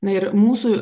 na ir mūsų